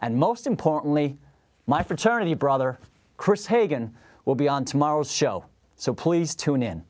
and most importantly my fraternity brother chris hagan will be on tomorrow's show so please tune in